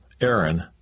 Aaron